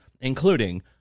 including